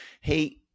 Hey